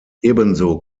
ebenso